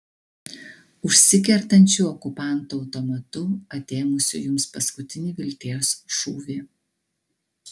užsikertančiu okupanto automatu atėmusiu jums paskutinį vilties šūvį